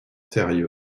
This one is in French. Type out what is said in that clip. sérieux